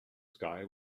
sky